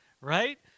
Right